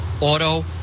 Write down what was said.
auto